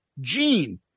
Gene